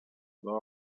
dos